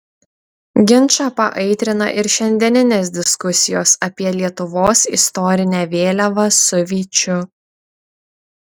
ginčą paaitrina ir šiandieninės diskusijos apie lietuvos istorinę vėliavą su vyčiu